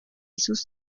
sus